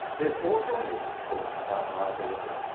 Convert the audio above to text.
there's also a need to talk about liability.